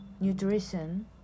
nutrition